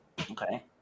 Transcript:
Okay